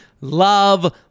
love